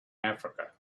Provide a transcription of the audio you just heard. africa